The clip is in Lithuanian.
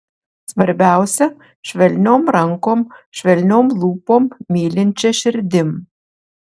svarbiausia švelniom rankom švelniom lūpom mylinčia širdim